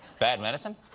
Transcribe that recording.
bad medicine?